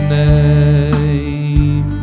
name